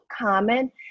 common